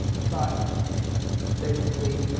but basically,